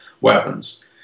weapons